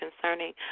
concerning